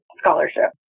scholarship